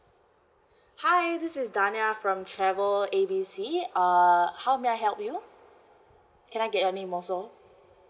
hi this is dania ya from travel A B C uh how may I help you can I get your name also